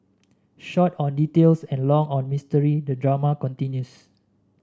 short on details and long on mystery the drama continues